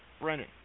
Brennan